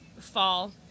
fall